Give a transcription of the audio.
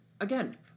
again